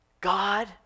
God